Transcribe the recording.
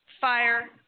fire